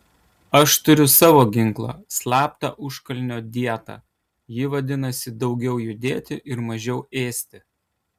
aš turiu savo ginklą slaptą užkalnio dietą ji vadinasi daugiau judėti ir mažiau ėsti